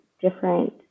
different